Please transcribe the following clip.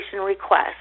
request